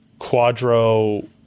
Quadro